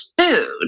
food